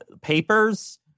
papers